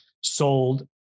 sold